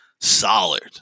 solid